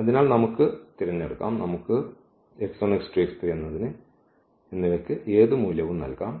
അതിനാൽ നമുക്ക് തിരഞ്ഞെടുക്കാം നമുക്ക് എന്നതിന് ഏത് മൂല്യവും നൽകാം